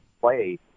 play